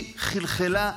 היא חלחלה,